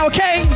Okay